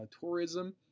tourism